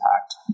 impact